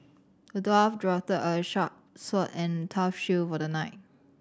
the dwarf drafted a sharp sword and a tough shield for the knight